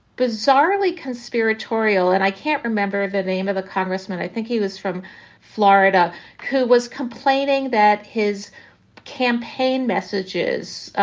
bizarrely conspiratorial. and i can't remember the name of the congressman. i think he was from florida who was complaining that his campaign messages,